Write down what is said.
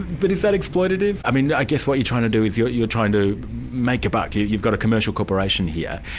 but is that exploitative? i mean i guess what you're trying to do is, you're you're trying to make a buck, you've got a commercial operation here.